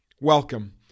Welcome